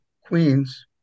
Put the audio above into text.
Queens